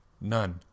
None